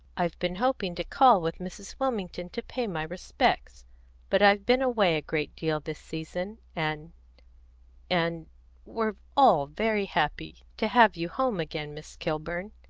i've been hoping to call with mrs. wilmington to pay my respects but i've been away a great deal this season, and and we're all very happy to have you home again, miss kilburn.